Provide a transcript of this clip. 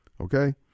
okay